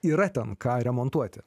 yra ten ką remontuoti